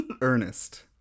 Ernest